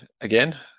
again